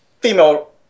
female